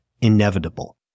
inevitable